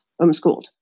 homeschooled